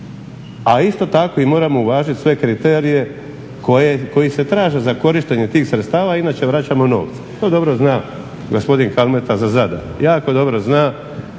a isto tako moramo uvažiti sve kriterije koji se traže za korištenje tih sredstava inače vraćamo novce. To dobro zna gospodin Kalmeta za Zadar, jako dobro zna.